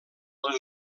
les